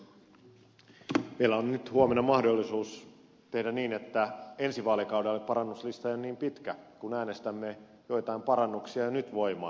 meillä on huomenna mahdollisuus tehdä niin että ensi vaalikaudelle parannuslista ei ole niin pitkä kun äänestämme joitain parannuksia jo nyt voimaan